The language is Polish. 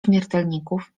śmiertelników